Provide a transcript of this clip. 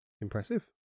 Impressive